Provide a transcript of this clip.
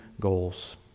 goals